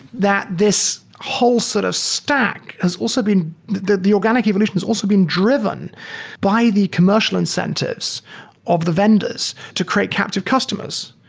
that this whole sort of stack has also been the the organic evolution has also being driven by the commercial incentives of the vendors to create captive customers.